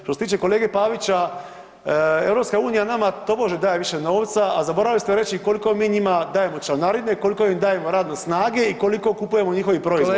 Što se tiče kolege Pavića, EU nama tobože daje više novca, a zaboravili ste reći koliko mi njima dajemo članarine, koliko im dajemo radne snage i koliko kupujemo njihovih proizvoda.